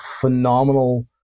phenomenal